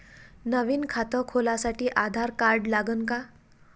नवीन खात खोलासाठी आधार कार्ड लागन का?